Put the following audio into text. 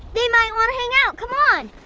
they might wanna hang out. come on